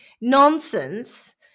nonsense